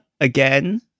again